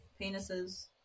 Penises